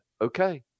okay